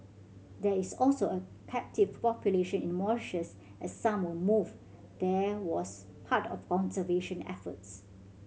there is also a captive population in Mauritius as some were moved there was part of conservation efforts